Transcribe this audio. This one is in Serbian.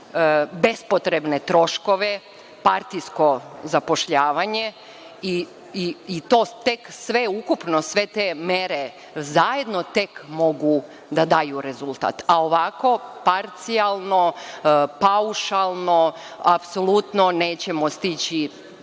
bespotrebne troškove, partijsko zapošljavanje i to tek sve ukupno, sve te mere zajedno tek mogu da daju rezultat, a ovako parcijalno, paušalno, apsolutno nećemo stići